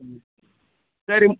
ம் சரி